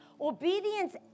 Obedience